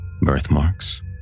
Birthmarks